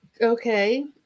okay